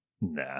Nah